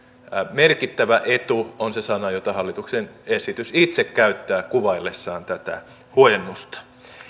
merkittävä etu on se ilmaus jota hallituksen esitys itse käyttää kuvaillessaan tätä huojennusta